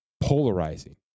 polarizing